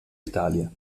italia